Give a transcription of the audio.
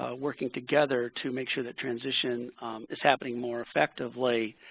ah working together to make sure that transition is happening more effectively.